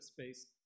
space